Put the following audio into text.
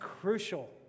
crucial